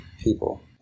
people